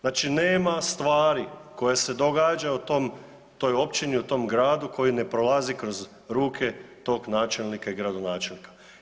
Znači nema stvari koja se događa u toj općini, tom gradu koji ne prolazi kroz ruke tog načelnika i gradonačelnika.